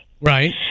Right